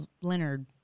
Leonard